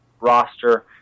roster